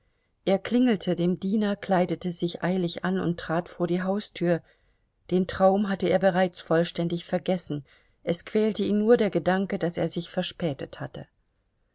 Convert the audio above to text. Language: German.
er klingelte dem diener kleidete sich eilig an und trat vor die haustür den traum hatte er bereits vollständig vergessen es quälte ihn nur der gedanke daß er sich verspätet hatte